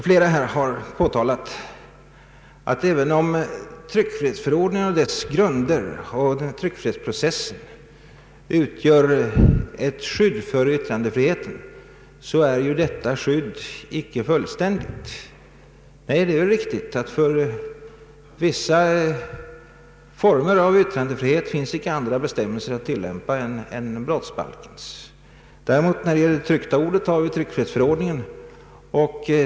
Flera talare har påpekat att även om tryckfrihetsförordningen och dess grunder utgör ett skydd för yttrandefriheten, är ju detta skydd inte fullständigt. Nej, det är riktigt. För vissa former av yttrandefrihet finns inte andra bestämmelser att tillämpa än brottsbalkens. När det gäller det tryckta ordet har vi däremot tryckfrihetsförordningen.